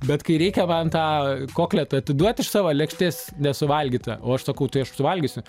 bet kai reikia van tą kokleta atiduot iš savo lėkštės nesuvalgytą o aš sakau tai aš suvalgysiu